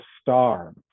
star